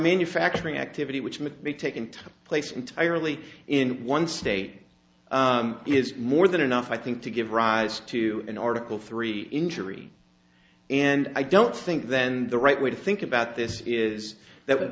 manufacturing activity which might be taken to a place entirely in one state is more than enough i think to give rise to an article three injury and i don't think then the right way to think about this is that